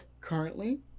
currently